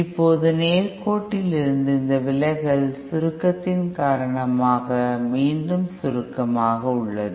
இப்போது நேர் கோட்டில் இருந்து இந்த விலகல் சுருக்கத்தின் காரணமாக மீண்டும் சுருக்கமாக உள்ளது